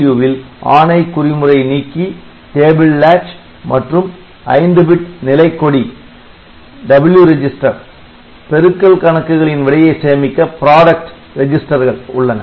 ALU வில் ஆணை குறிமுறை நீக்கி டேபிள் லேட்ச் மற்றும் 5 பிட் நிலைக்கொடி W ரெஜிஸ்டர் பெருக்கல் கணக்குகளின் விடையை சேமிக்க ப்ராடக்ட் ரெஜிஸ்டர்கள் உள்ளன